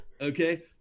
Okay